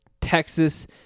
Texas